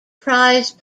prize